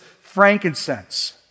frankincense